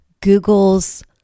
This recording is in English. Google's